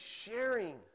sharing